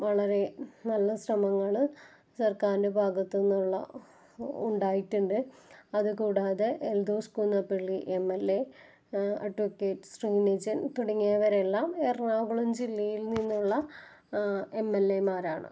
വളരെ നല്ല ശ്രമങ്ങൾ സര്ക്കാരിന്റെ ഭാഗത്തുന്നുള്ള ഉണ്ടായിട്ടുണ്ട് അതുകൂടാതെ Eldhose Kunnappilly M L A advocates Shri Nijan തുടങ്ങിയവരെല്ലാം എറണാകുളം ജില്ലയില് നിന്നുള്ള എം എല് എ മാരാണ്